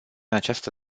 această